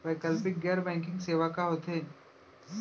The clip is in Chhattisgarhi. वैकल्पिक गैर बैंकिंग सेवा का होथे?